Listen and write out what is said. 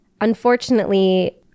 unfortunately